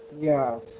Yes